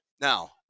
Now